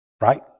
Right